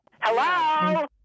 Hello